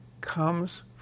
comes